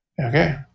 okay